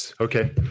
Okay